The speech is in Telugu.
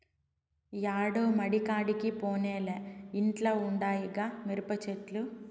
యాడో మడికాడికి పోనేలే ఇంట్ల ఉండాయిగా మిరపచెట్లు